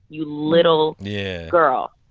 you little yeah girl!